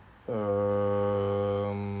um